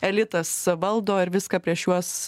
elitas valdo ir viską prieš juos